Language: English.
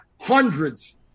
hundreds